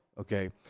okay